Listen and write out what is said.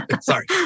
Sorry